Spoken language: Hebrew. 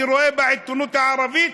אני רואה בעיתונות הערבית.